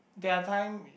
there are time